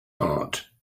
heart